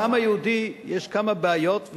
לעם היהודי יש כמה בעיות,